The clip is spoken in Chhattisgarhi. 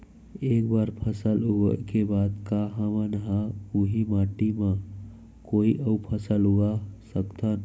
एक बार फसल उगाए के बाद का हमन ह, उही माटी मा कोई अऊ फसल उगा सकथन?